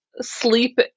sleep